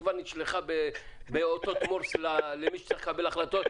שכבר נשלחה באותות מורס למי שצריך לקבל החלטות.